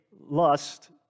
lust